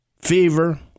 fever